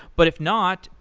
but if not,